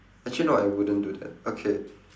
actually no I wouldn't do that okay